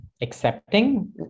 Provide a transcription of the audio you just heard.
accepting